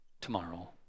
tomorrow